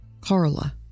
carla